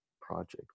project